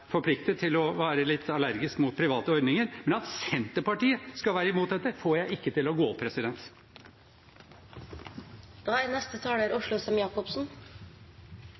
forpliktet til å være litt allergiske mot private ordninger, men at Senterpartiet skal være imot dette, får jeg ikke til å gå